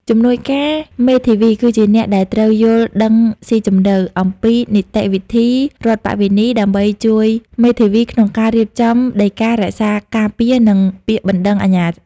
ជំនួយការមេធាវីគឺជាអ្នកដែលត្រូវយល់ដឹងស៊ីជម្រៅអំពីនីតិវិធីរដ្ឋប្បវេណី ដើម្បីជួយមេធាវីក្នុងការរៀបចំដីការក្សាការពារ និងពាក្យបណ្តឹងអាជ្ញា។